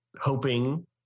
hoping